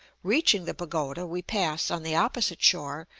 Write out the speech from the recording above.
beaching the pagoda, we pass, on the opposite shore,